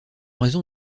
raison